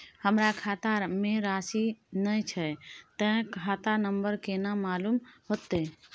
हमरा खाता में राशि ने छै ते खाता नंबर केना मालूम होते?